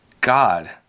God